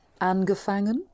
angefangen